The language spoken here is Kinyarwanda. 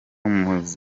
muhizi